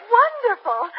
wonderful